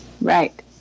Right